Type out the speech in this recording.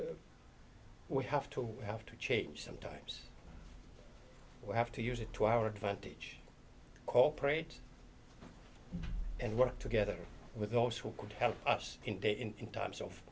we have to we have to change sometimes we have to use it to our advantage cooperate and work together with those who could help us in times of